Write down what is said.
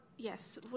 Yes